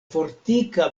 fortika